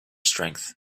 strength